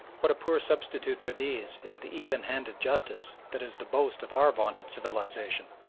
what a poor substitute for these is the even-handed justice that is the boast of our vaunted civilisation!